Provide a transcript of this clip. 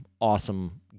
awesome